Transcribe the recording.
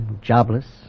jobless